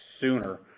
sooner